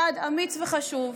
צעד אמיץ וחשוב,